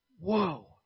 Whoa